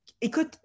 Écoute